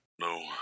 No